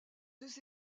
deux